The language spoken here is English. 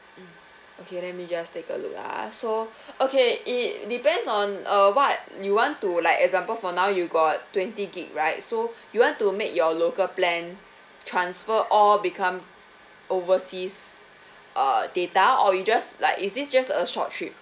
mm okay let me just take a look ah so okay it depends on uh what you want to like example for now you got twenty gig right so you want to make your local plan transfer all become overseas uh data or you just like is this just a short trip